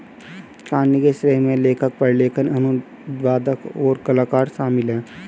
कहानी के श्रेय में लेखक, प्रलेखन, अनुवादक, और कलाकार शामिल हैं